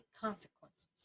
consequences